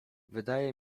wydaje